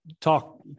talk